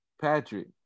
Patrick